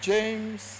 James